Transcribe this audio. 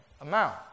amount